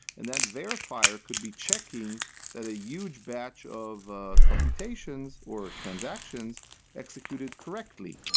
and that verifier could be checking that a huge batch of ah computations or transactions executed correctly.